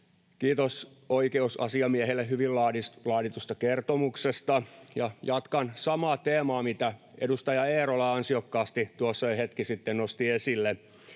Kiitos oikeusasiamiehelle hyvin laaditusta kertomuksesta. — Jatkan samaa teemaa, mitä edustaja Eerola ansiokkaasti tuossa jo hetki sitten nosti esille,